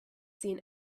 seen